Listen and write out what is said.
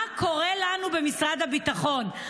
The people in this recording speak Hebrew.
מה קורה לנו במשרד הביטחון,